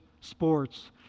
sports